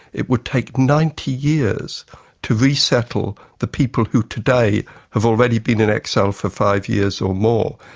it would take ninety years to resettle the people who today have already been in exile for five years or more,